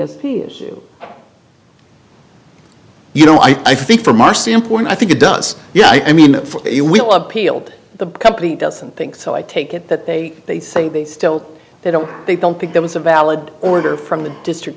is you know i think from our standpoint i think it does yeah i mean you will appeal to the company doesn't think so i take it that they they say they still they don't they don't think there was a valid order from the district